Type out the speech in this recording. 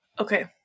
Okay